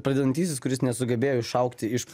pradedantysis kuris nesugebėjo išaugti iš